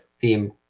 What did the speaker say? Theme